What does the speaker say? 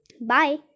Bye